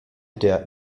der